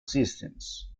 systems